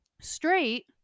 straight